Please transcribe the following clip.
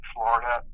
Florida